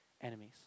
enemies